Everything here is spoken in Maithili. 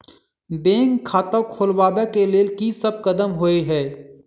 बैंक खाता खोलबाबै केँ लेल की सब कदम होइ हय?